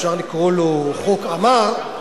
אפשר לקרוא לו "חוק עמאר",